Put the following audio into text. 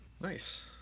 Nice